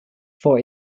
for